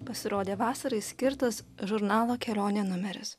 pasirodė vasarai skirtas žurnalo kelionė numeris